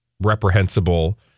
reprehensible